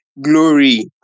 Glory